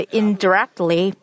indirectly